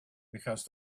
because